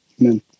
amen